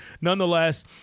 nonetheless